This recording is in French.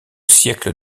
siècle